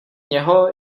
něho